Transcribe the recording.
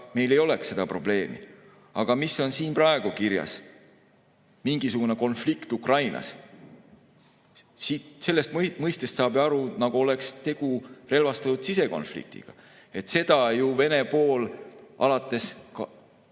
meil ei oleks seda probleemi. Aga mis on siin praegu kirjas? Mingisugune konflikt Ukrainas. Siit sellest mõistest saab ju aru, nagu oleks tegu relvastatud sisekonfliktiga, seda ju Vene pool alates